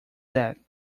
that